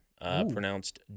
pronounced